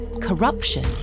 corruption